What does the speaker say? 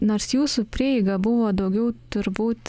nors jūsų prieiga buvo daugiau turbūt